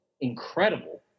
incredible